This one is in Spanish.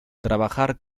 trabajar